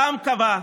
העם קבע,